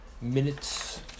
minutes